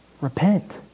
Repent